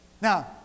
Now